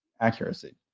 accuracy